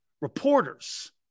reporters